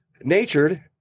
natured